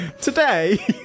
Today